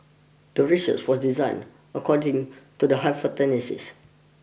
the research was designed according to the hypothesis